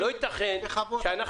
לא ייתכן שאנחנו